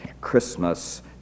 Christmas